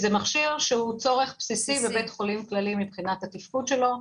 זה מכשיר שהוא צורך בסיסי בבית חולים כללי מבחינת התפקוד שלו,